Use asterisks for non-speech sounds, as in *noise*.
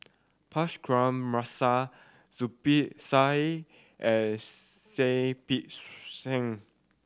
Punch *unintelligible* Zubir Said and Seah Peck Seah